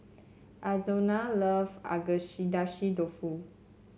Arizona love dofu